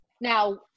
Now